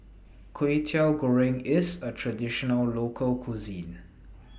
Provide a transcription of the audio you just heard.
Kway Teow Goreng IS A Traditional Local Cuisine